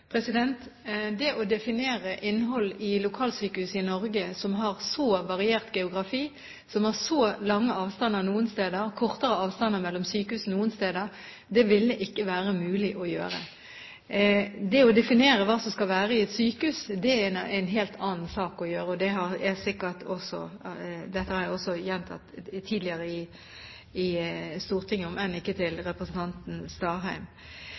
Det å definere innhold i lokalsykehus i Norge, som har så variert geografi, som har så lange avstander noen steder og kortere avstand mellom sykehusene andre steder, ville ikke være mulig å gjøre. Det å definere hva som skal være i et sykehus, er en helt annen sak. Dette har jeg også gjentatt tidligere i Stortinget, om enn ikke til